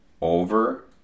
over